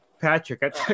Patrick